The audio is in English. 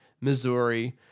Missouri